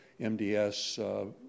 MDS